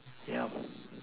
yeah